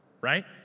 right